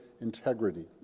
integrity